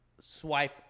swipe